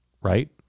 right